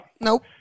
Nope